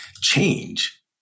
change